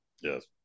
yes